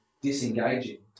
disengaging